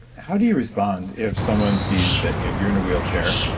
how do you respond if someone sees that you're in a wheelchair,